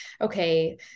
okay